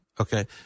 Okay